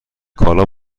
کالا